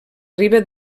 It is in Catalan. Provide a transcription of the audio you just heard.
riba